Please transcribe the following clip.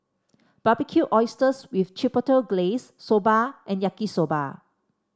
Barbecued Oysters with Chipotle Glaze Soba and Yaki Soba